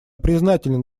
признателен